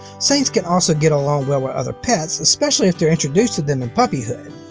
saints can also get along well with other pets, especially if they're introduced to them in puppyhood.